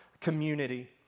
community